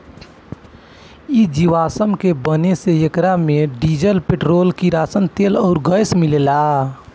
इ जीवाश्म के बने से एकरा मे से डीजल, पेट्रोल, किरासन तेल आ गैस मिलेला